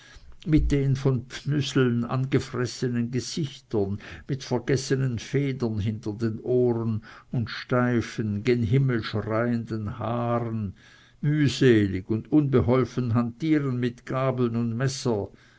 mit den von pfnüseln angefressenen gesichtern mit vergessenen federn hinter den ohren und steifen gen himmel schreienden haaren mühselig und unbeholfen hantieren mit gabeln und messern